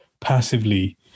passively